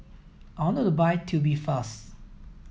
I want to buy Tubifast